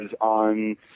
on